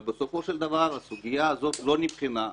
אבל בסופו של דבר הסוגיה הזאת לא נבחנה,